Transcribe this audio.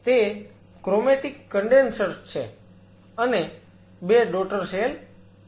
તે chromatic condensers છે અને 2 ડોટર સેલ બને છે